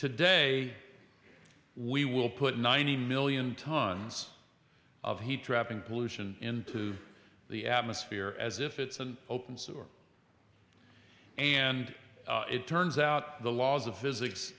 today we will put ninety million tons of heat trapping pollution into the atmosphere as if it's an open source and it turns out the laws of physics